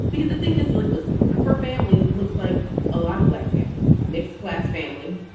because the thing is, look, listen, her family looks like a lot of black families. mixed class family,